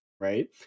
right